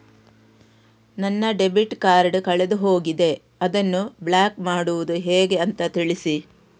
ನನ್ನ debit card ಕಳೆದು ಹೋಗಿದೆ, ಅದನ್ನು ಬ್ಲಾಕ್ ಮಾಡುವುದು ಹೇಗೆ ಅಂತ ತಿಳಿಸಿ?